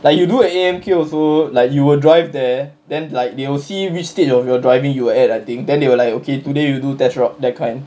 like you do A_M_K also like you will drive there then like they will see which stage of your driving you're at I think then they will like okay today you do test route that kind